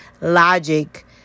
logic